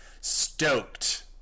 stoked